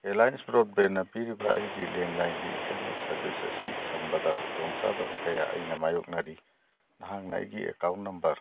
Reliance ꯕ꯭ꯔꯣꯗ ꯕꯦꯟꯅ ꯄꯤꯔꯤꯕ ꯑꯩꯒꯤ ꯂꯦꯟꯂꯥꯏꯟꯒꯤ ꯏꯅꯇꯔꯅꯦꯠ ꯁꯥꯔꯕꯤꯁ ꯑꯁꯤ ꯁꯝꯕꯗ ꯈꯨꯗꯣꯡ ꯆꯥꯗꯕ ꯀꯌꯥ ꯑꯩꯅ ꯃꯥꯏꯌꯣꯛꯅꯔꯤ ꯅꯍꯥꯛꯅ ꯑꯩꯒꯤ ꯑꯦꯀꯥꯎꯟ ꯅꯝꯕꯔ